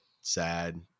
sad